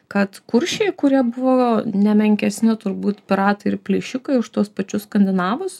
kad kuršiai kurie buvo nemenkesni turbūt piratai ir plėšikai už tuos pačius skandinavus